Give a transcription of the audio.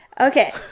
Okay